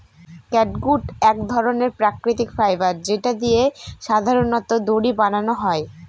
catgut এক ধরনের প্রাকৃতিক ফাইবার যেটা দিয়ে সাধারনত দড়ি বানানো হয়